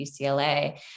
UCLA